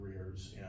careers